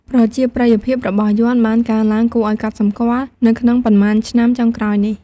ប្រជាប្រិយភាពរបស់យ័ន្តបានកើនឡើងគួរឱ្យកត់សម្គាល់នៅក្នុងប៉ុន្មានឆ្នាំចុងក្រោយនេះ។